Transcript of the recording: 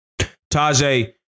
Tajay